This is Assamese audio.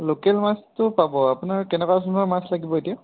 লোকেল মাছটো পাব আপোনাক কেনেকুৱা ধৰণৰ মাছ লাগিব এতিয়া